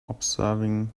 observing